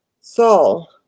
Saul